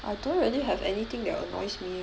I don't really have anything that annoys me